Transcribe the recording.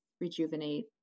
rejuvenate